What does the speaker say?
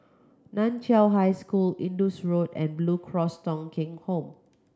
Nan Chiau High School Indus Road and Blue Cross Thong Kheng Home